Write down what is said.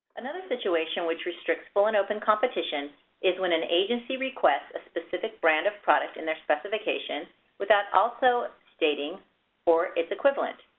another situation which restricts full and open competition is when an agency requests a specific brand of product in their specifications without also stating or it's equivalent.